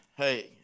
hey